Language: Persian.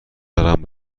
دارم